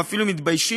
או אפילו מתביישים,